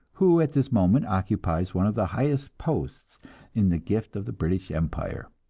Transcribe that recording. who at this moment occupies one of the highest posts in the gift of the british empire.